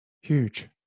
Huge